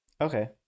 okay